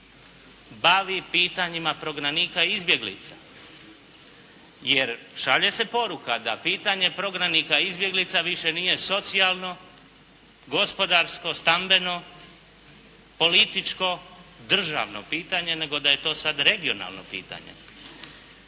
bavi pitanjima prognanika i izbjeglica, jer šalje se poruka da pitanje prognanika i izbjeglica više nije socijalno, gospodarsko, stambeno, političko, državno pitanje, nego da je to sad regionalno pitanje,